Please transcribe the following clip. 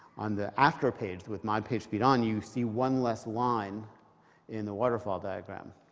on the after page with mod pagespeed on, you see one less line in the waterfall diagram.